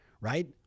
right